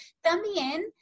también